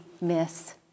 miss